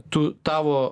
tu tavo